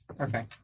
Okay